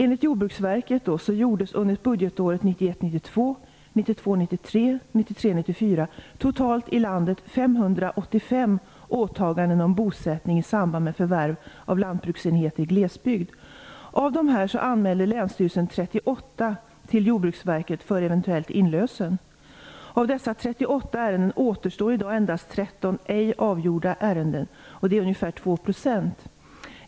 Enligt Jordbruksverket gjordes under budgetåren 1991 93 och 1993/94 i landet totalt 585 åtaganden om bosättning i samband med förvärv av lantbruksenheter i glesbygd. Av dessa anmälde länsstyrelserna 38 till Jordbruksverket för eventuell inlösen. Av dessa 38 ärenden återstår i dag endast 13 ej avgjorda ärenden. Det är ungefär 2 %.